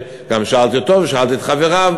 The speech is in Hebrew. גם שאלתי אותו ושאלתי את חבריו,